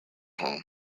home